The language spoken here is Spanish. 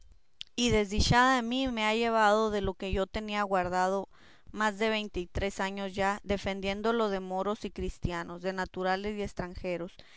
y desdichada de mí me ha llevado lo que yo tenía guardado más de veinte y tres años ha defendiéndolo de moros y cristianos de naturales y estranjeros